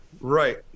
Right